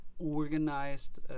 organized